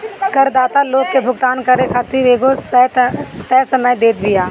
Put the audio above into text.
करदाता लोग के भुगतान करे खातिर एगो तय समय देत बिया